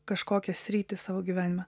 kažkokią sritį savo gyvenime